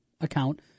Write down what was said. account